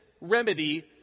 remedy